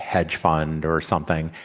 hedge fund or something,